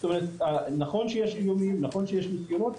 נכון שיש איומים, נכון שיש נסיונות,